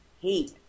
hate